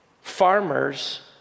farmers